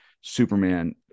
superman